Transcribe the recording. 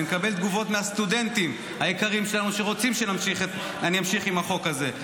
אני מקבל תגובות מהסטודנטים היקרים שלנו שרוצים שאני אמשיך עם החוק הזה.